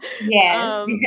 Yes